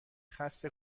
خسته